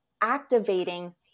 activating